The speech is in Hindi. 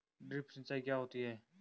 ड्रिप सिंचाई क्या होती हैं?